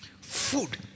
Food